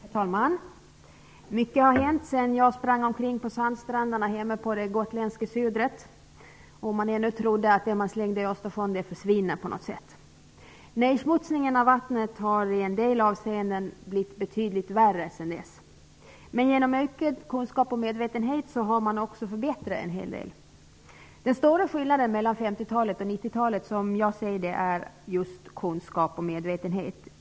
Herr talman! Mycket har hänt sedan jag sprang omkring på sandstränderna hemma på det gotländska Sudret. Då trodde man ännu att det man slängde i Östersjön försvann på något sätt. Nedsmutsningen av vattnet har i en del avseenden blivit betydligt värre sedan dess. Men genom ökad kunskap och medvetenhet har man också förbättrat en hel del. Den stora skillnaden mellan 50-talet och 90-talet är, som jag ser det, just kunskap och medvetenhet.